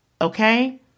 Okay